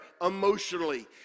emotionally